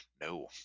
No